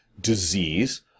disease